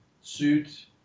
suit